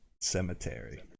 Cemetery